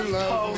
love